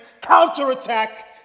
counter-attack